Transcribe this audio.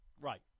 Right